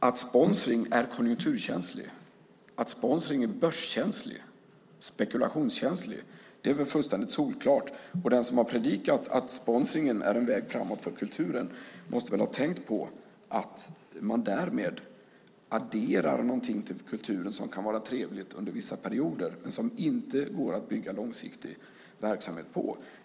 Att sponsring är konjunkturkänslig, börskänslig och spekulationskänslig är väl fullständigt solklart, och den som har predikat att sponsringen är en väg framåt för kulturen måste väl ha tänkt på att man därmed adderar någonting till kulturen som kan vara trevligt under vissa perioder men som inte går att bygga långsiktig verksamhet på.